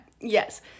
Yes